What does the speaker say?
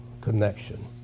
connection